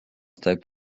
taip